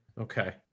Okay